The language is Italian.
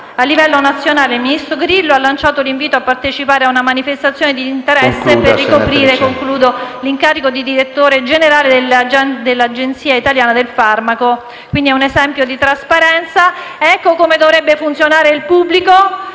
a livello nazionale. Il ministro Grillo ha lanciato l'invito a partecipare a una manifestazione di interesse per ricoprire l'incarico di direttore generale dell'Agenzia italiana del farmaco. È un esempio di trasparenza: ecco come dovrebbe funzionare il pubblico,